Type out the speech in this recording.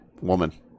Woman